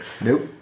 Nope